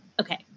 Okay